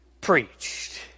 preached